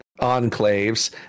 enclaves